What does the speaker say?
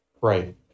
right